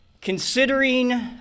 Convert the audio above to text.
considering